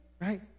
right